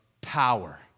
power